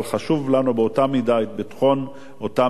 אבל חשוב לנו באותה מידה ביטחון אותם